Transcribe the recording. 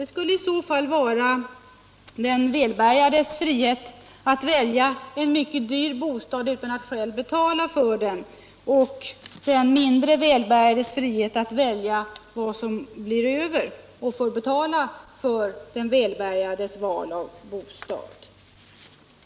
Det skulle i så fall vara den välbärgades frihet att välja en mycket dyr bostad utan att själv betala för den och den mindre välbärgades frihet att välja vad som blir över och så betala för den välbärgades val av bostad.